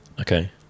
Okay